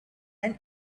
and